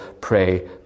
pray